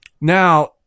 Now